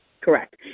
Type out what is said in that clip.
Correct